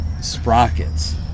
sprockets